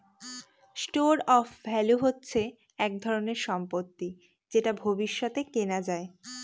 store of value হচ্ছে এক ধরনের সম্পত্তি যেটা ভবিষ্যতে কেনা যায়